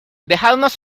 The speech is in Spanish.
dejadnos